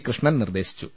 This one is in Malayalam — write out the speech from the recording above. കൃഷ്ണൻ നിർദ്ദേശിച്ചു